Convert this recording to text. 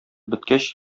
беткәч